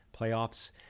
playoffs